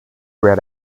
red